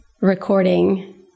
recording